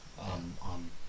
On